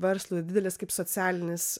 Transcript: verslui didelis kaip socialinis